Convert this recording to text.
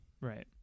right